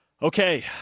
Okay